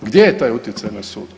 Gdje je taj utjecaj na sudu?